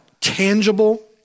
tangible